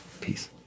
Peace